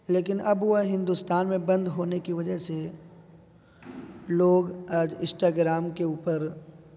لیکن اب وہ ہندوستان میں بند ہونے کی وجہ سے لوگ آج اسٹاگرام کے اوپر